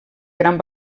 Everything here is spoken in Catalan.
gran